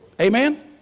Amen